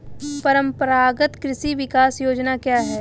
परंपरागत कृषि विकास योजना क्या है?